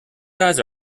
guys